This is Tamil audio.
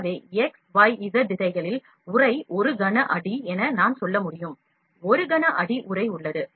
எனவே x y z திசைகளில் உறை 1 கன அடி என நான் சொல்ல முடியும் 1 கன அடி உறை உள்ளது